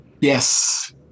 Yes